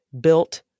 built